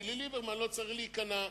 כי לליברמן לא צריך להיכנע.